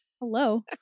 Hello